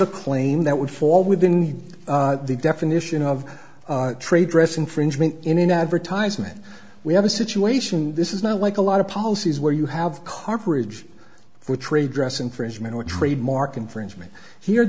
a claim that would fall within the definition of trade dress infringement in an advertisement we have a situation this is not like a lot of policies where you have coverage for trade dress infringement or trademark infringement here